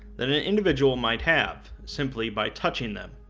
that an individual might have simply by touching them.